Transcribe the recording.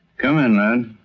come in then.